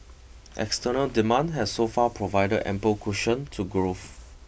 external demand has so far provided ample cushion to growth